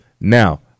Now